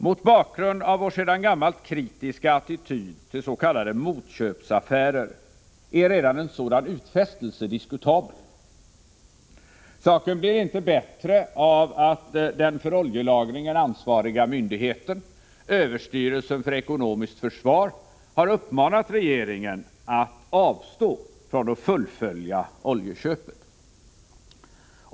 Mot bakgrund av vår sedan gammalt kritiska attityd till s.k. motköpsaffärer är redan en sådan utfästelse diskutabel. Saken blir inte bättre av att den för oljelagringen ansvariga myndigheten — överstyrelsen för ekonomiskt försvar — har uppmanat regeringen att avstå från att fullfölja oljeköpet.